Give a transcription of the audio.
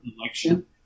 election